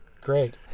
Great